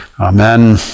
Amen